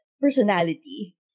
personality